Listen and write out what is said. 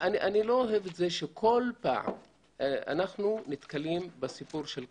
אני לא אוהב את זה שכל פעם אנחנו נתקלים בסיפור של קלנסואה.